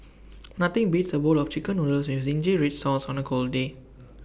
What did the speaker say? nothing beats A bowl of Chicken Noodles with Zingy Red Sauce on A cold day